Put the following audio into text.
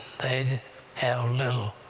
they have little